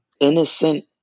innocent